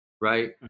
right